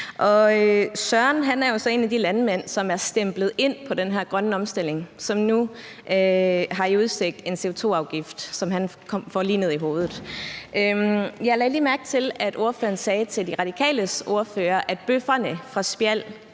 Søren er jo så en af de landmænd, som er stemplet ind på den her grønne omstilling, og som nu har i udsigt at få en CO2-afgift lige ned i hovedet. Jeg lagde lige mærke til, at ordføreren sagde til De Radikales ordfører, at bøfferne fra Spjald